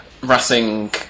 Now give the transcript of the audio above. Racing